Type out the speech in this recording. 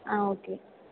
ஆ okay